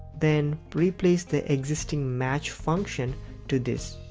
then replace the existing match function to this.